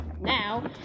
now